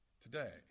today